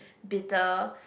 bitter